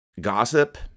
gossip